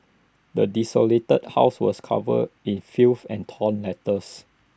the desolated house was covered in filth and torn letters